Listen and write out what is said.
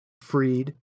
freed